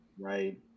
right